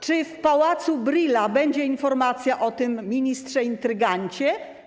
Czy w Pałacu Brühla będzie informacja o tym ministrze intrygancie?